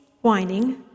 whining